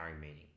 meaning